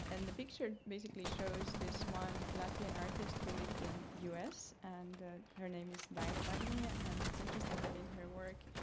and the picture basically shows this one latvian artist who lived in us and her name is daina dagnija. and it's interesting that in her work,